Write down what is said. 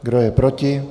Kdo je proti?